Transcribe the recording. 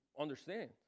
understand